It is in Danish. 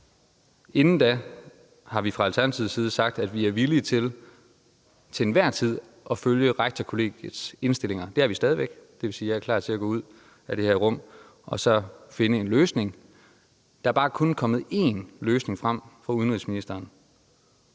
Inden da har vi fra Alternativets side sagt, at vi er villige til til enhver tid at følge Rektorkollegiets indstillinger. Det er vi stadig væk – det vil sige, at jeg er klar til at gå ud af det her rum og så finde en løsning. Der er bare kun kommet én løsning frem fra udenrigsministeren,